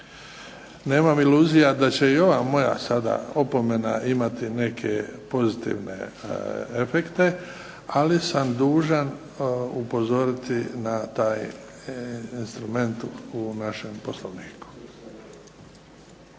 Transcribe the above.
Nemam iluzija da će i ova moja sada opomena imati neke pozitivne efekte, ali sam dužan upozoriti na taj instrument u našem Poslovniku.